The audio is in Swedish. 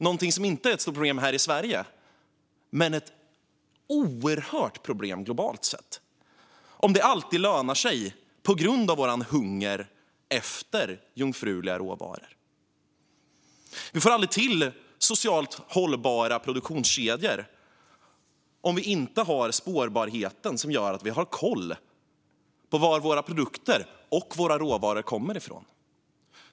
Det är inte ett stort problem här i Sverige men ett oerhört problem globalt sett om det alltid lönar sig på grund av vår hunger efter jungfruliga råvaror. Vi får aldrig till socialt hållbara produktionskedjor om vi inte har spårbarhet, som gör att vi har koll på varifrån våra produkter och våra råvaror kommer.